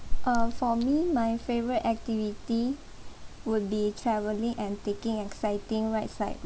uh for me my favourite activity would be traveling and taking exciting rides like